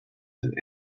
than